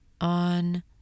on